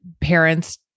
parents